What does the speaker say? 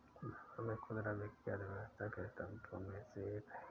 भारत में खुदरा बिक्री अर्थव्यवस्था के स्तंभों में से एक है